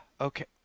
okay